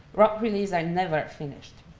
rock reliefs are never finished.